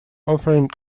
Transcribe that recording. offering